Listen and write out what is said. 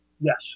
Yes